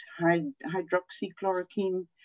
hydroxychloroquine